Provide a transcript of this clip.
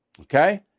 Okay